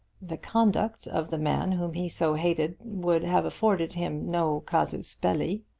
the conduct of the man whom he so hated would have afforded him no casus belli.